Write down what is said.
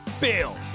build